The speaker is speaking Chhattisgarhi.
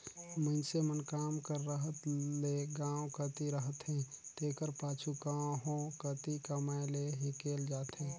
मइनसे मन काम कर रहत ले गाँव कती रहथें तेकर पाछू कहों कती कमाए लें हिंकेल जाथें